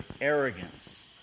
arrogance